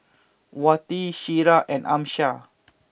Wati Syirah and Amsyar